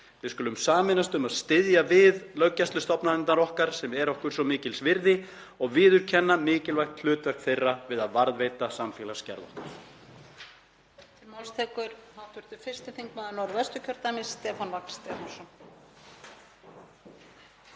Við skulum sameinast um að styðja við löggæslustofnanirnar okkar sem eru okkur svo mikils virði og viðurkenna mikilvægt hlutverk þeirra við að varðveita samfélagsgerð okkar.